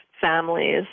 families